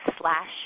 slash